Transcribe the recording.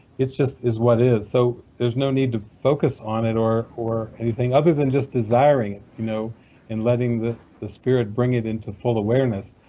just is what is, so there's no need to focus on it or or anything other than just desiring you know and letting the the spirit bring it into full awareness.